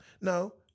No